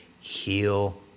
Heal